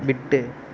விட்டு